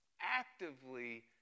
actively